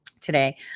today